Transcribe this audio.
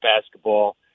basketball